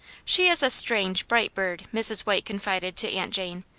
she is a strange, bright bird, mrs. white con fided to aunt jane.